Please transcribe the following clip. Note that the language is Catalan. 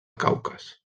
caucas